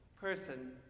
person